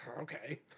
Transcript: okay